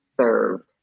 served